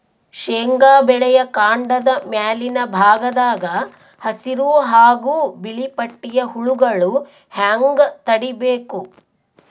ಶೇಂಗಾ ಬೆಳೆಯ ಕಾಂಡದ ಮ್ಯಾಲಿನ ಭಾಗದಾಗ ಹಸಿರು ಹಾಗೂ ಬಿಳಿಪಟ್ಟಿಯ ಹುಳುಗಳು ಹ್ಯಾಂಗ್ ತಡೀಬೇಕು?